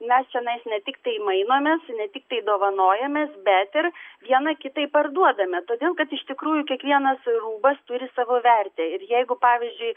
mes čionais ne tiktai mainomės ne tiktai dovanojamės bet ir viena kitai parduodame todėl kad iš tikrųjų kiekvienas rūbas turi savo vertę ir jeigu pavyzdžiui